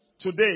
today